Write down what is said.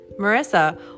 Marissa